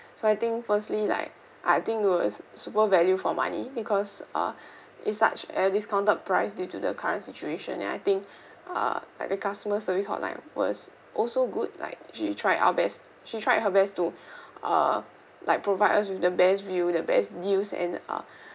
so I think firstly like I think it was super value for money because uh is such at a discounted price due to the current situation and I think ah like the customer service hotline was also good like she tried our best she tried her best to uh like provide us with the best view the best deals and uh